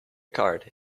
card